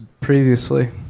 previously